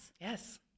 yes